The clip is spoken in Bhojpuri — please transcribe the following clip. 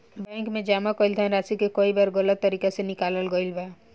बैंक में जमा कईल धनराशि के कई बार गलत तरीका से निकालल गईल बा